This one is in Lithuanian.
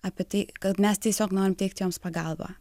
apie tai kad mes tiesiog norim teikti joms pagalbą